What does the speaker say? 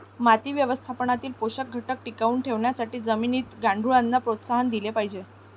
माती व्यवस्थापनातील पोषक घटक टिकवून ठेवण्यासाठी जमिनीत गांडुळांना प्रोत्साहन दिले पाहिजे